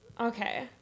Okay